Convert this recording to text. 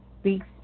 speaks